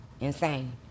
insane